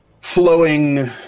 flowing